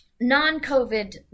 non-COVID